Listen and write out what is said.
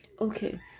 Okay